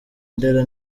ndera